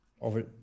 over